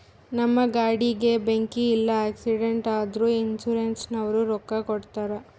ನಮ್ ಗಾಡಿಗ ಬೆಂಕಿ ಇಲ್ಲ ಆಕ್ಸಿಡೆಂಟ್ ಆದುರ ಇನ್ಸೂರೆನ್ಸನವ್ರು ರೊಕ್ಕಾ ಕೊಡ್ತಾರ್